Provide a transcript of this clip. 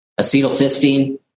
acetylcysteine